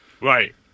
right